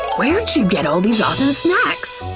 where'd you get all these awesome snacks?